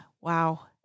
Wow